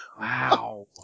Wow